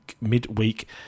midweek